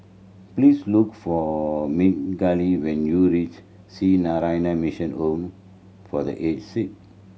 please look for Migdalia when you reach Sree Narayana Mission Home for The Aged Sick